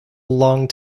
long